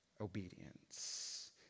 obedience